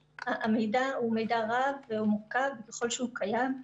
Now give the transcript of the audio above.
המידע הוא מידע רב והוא מורכב ככל שהוא קיים.